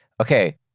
okay